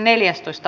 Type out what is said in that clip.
asia